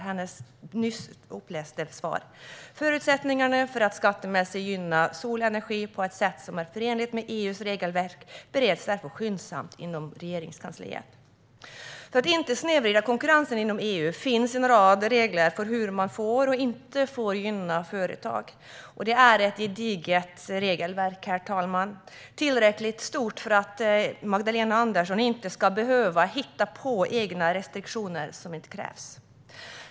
Hon säger: "Förutsättningarna för att skattemässigt gynna solenergi på ett sätt som är förenligt med EU:s regelverk bereds därför skyndsamt inom Regeringskansliet." För att konkurrensen inom EU inte ska snedvridas finns det en rad regler för hur man får och inte får gynna företag. Det är ett gediget regelverk, herr talman. Det är tillräckligt stort för att Magdalena Andersson inte ska behöva hitta på egna restriktioner som inte krävs.